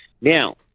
Now